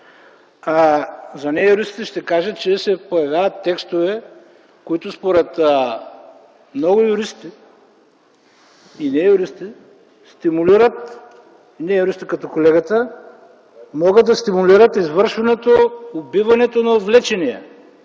За не юристите ще кажа, че се появяват текстове, които според много юристи и не юристи стимулират (реплики), не е юрист тук колегата, могат да стимулират извършването, убиването на отвлечения.